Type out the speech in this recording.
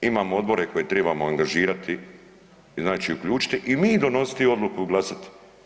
Imamo odbore koje moramo angažirati, znači uključiti i mi donositi odluku i glasati.